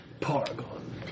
Paragon